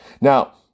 Now